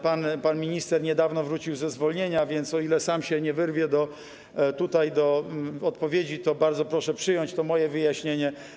Pan minister niedawno wrócił ze zwolnienia, więc o ile sam się nie wyrwie tutaj do odpowiedzi, to bardzo proszę przyjąć to moje wyjaśnienie.